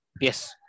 yes